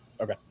Okay